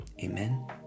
Amen